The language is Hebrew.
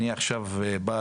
אני עכשיו בא,